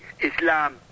Islam